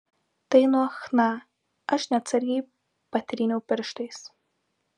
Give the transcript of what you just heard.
tai nuo chna aš neatsargiai patryniau pirštais